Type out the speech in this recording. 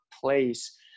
place